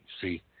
See